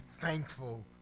thankful